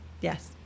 Yes